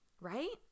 right